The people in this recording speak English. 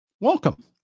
welcome